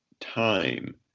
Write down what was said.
time